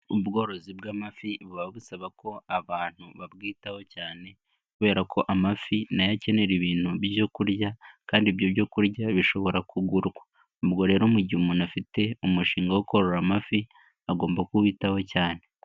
Ubworozi bw'amafi buba busaba ko abantu babwitaho cyane, kubera ko amafi na yo akenera ibintu byo kurya, kandi ibyo byokurya bishobora kugurwa, ubwo rero mu gihe umuntu afite umushinga wo korora amafi agomba kubiwitaho cyane.